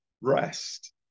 rest